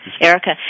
Erica